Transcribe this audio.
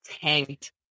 tanked